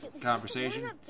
conversation